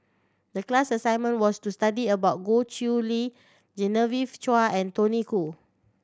the class assignment was to study about Goh Chiew Lye Genevieve Chua and Tony Khoo